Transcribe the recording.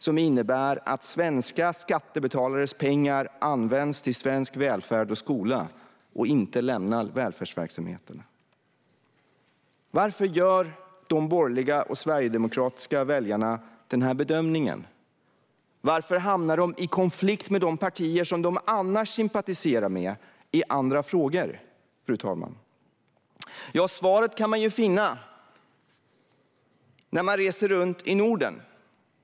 Den innebär att svenska skattebetalares pengar används till svensk välfärd och skola och inte lämnar välfärdsverksamheten. Varför gör de borgerliga och sverigedemokratiska väljarna den bedömningen? Varför hamnar de i konflikt med de partier som de annars sympatiserar med i andra frågor, fru talman? Svaret kan man finna när man reser runt i Norden.